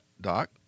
Doc